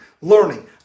learning